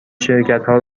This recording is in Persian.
شرکتها